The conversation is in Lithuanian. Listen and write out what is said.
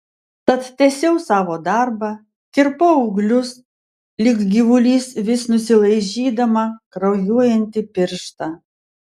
tad tęsiau savo darbą kirpau ūglius lyg gyvulys vis nusilaižydama kraujuojantį pirštą